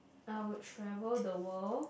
I would travel the world